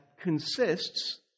consists